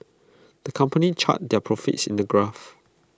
the company charted their profits in A graph